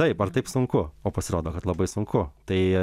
taip ar taip sunku o pasirodo kad labai sunku tai